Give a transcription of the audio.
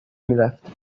میرفت